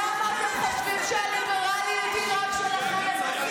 למה אתם חושבים שהליברליות היא רק שלכם?